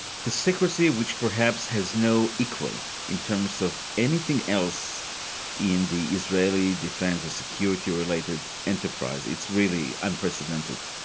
the secrecy which perhaps has no equal in terms of anything else in the israeli defence or security related enterprises, it's really unprecedented,